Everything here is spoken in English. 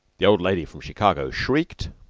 the old lady from chicago shrieked.